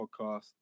podcast